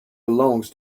belongs